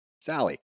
Sally